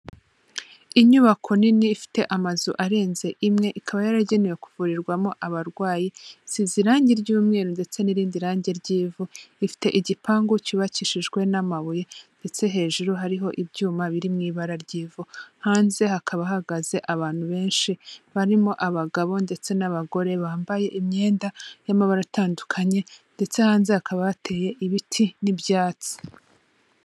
Inyubako nini ifite amazu arenze imwe ikaba yaragenewe kuvurirwamo abarwayi, isize irangi ry'umweru ndetse n'irindi rangi ry'ivu, ifite igipangu cyubakishijwe n'amabuye ndetse hejuru hariho ibyuma biri mu ibara ry'ivu, hanze hakaba hahagaze abantu benshi barimo abagabo ndetse n'abagore, bambaye imyenda y'amabara atandukanye ndetse hanze hakaba hateye ibiti n'ibyatsi.